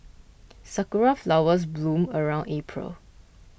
sakura flowers bloom around April